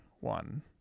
one